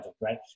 right